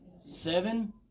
Seven